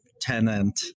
tenant